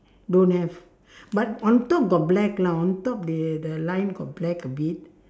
don't have but on top got black lah on top they the line got black a bit